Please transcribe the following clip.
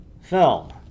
film